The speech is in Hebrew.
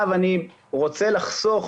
אני מבקש להתמקד